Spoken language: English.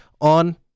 on